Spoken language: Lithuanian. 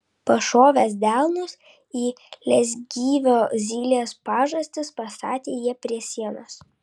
pašovęs delnus į leisgyvio zylės pažastis pastatė jį prie sienos